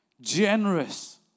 generous